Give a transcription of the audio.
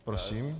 Prosím.